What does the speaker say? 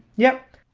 yep!